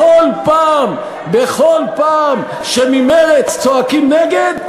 בכל פעם שממרצ צועקים נגד,